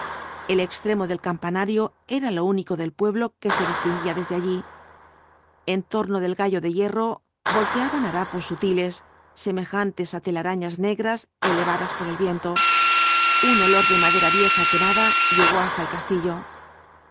el extremo del campanario era lo único del pueblo que se distinguía desde allí en torno del gallo de hierro volteaban harapos sutiles semejantes á telarañas negras elevadas por el viento un olor de madera vieja quemada llegó hasta el castillo